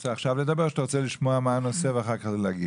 רוצה לדבר עכשיו או שאתה רוצה לשמוע מה הנושא ואחר כך להתייחס?